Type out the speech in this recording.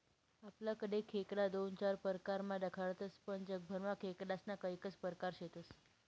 आपलाकडे खेकडा दोन चार परकारमा दखातस पण जगभरमा खेकडास्ना कैकज परकार शेतस